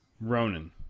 ronan